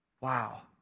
Wow